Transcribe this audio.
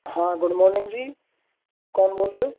हाँ good morning जी कौन बोल रहे हो